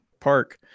Park